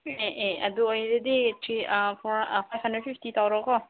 ꯑꯦ ꯑꯦ ꯑꯗꯨ ꯑꯣꯏꯔꯗꯤ ꯐꯥꯏꯕ ꯍꯟꯗ꯭ꯔꯦꯠ ꯐꯤꯐꯇꯤ ꯇꯧꯔꯣꯀꯣ